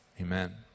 Amen